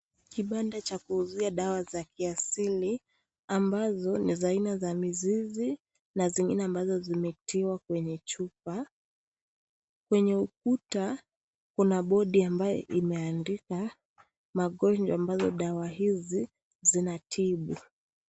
Kibanda cha kuuzia dawa za kiasili, ambazo ni za aina za mizizi na zingine ambazo zimetiwa kwenye chupa , kwenye ukuta kuna bodi ambayo imeandikwa magonjwa ambazo dawa hizi zinatibu.